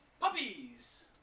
puppies